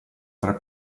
tra